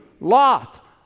Lot